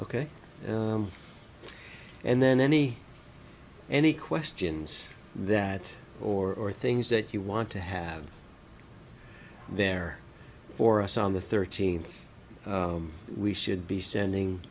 ok and then any any questions that or things that you want to have there for us on the thirteenth we should be sending